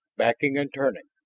backing and turning,